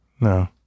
No